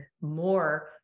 more